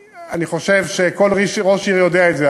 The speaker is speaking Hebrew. כל ראש עיר יודע את זה,